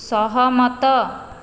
ସହମତ